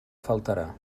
faltarà